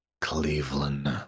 Cleveland